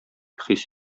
хис